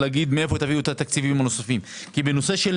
לומר מאיפה תביאו את התקציבים הנוספים כי בנושא של